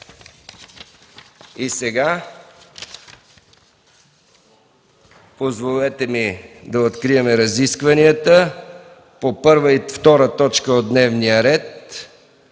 работи.” Позволете ми да открием разискванията по първа и втора точка от дневния ред